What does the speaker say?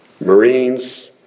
Marines